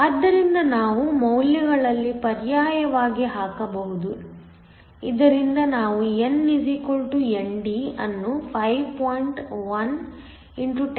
ಆದ್ದರಿಂದ ನಾವು ಮೌಲ್ಯಗಳಲ್ಲಿ ಪರ್ಯಾಯವಾಗಿ ಹಾಕಬಹುದು ಇದರಿಂದ ನಾವು n ND ಅನ್ನು5